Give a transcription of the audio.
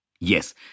Yes